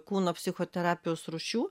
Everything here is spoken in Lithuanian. kūno psichoterapijos rūšių